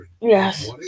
Yes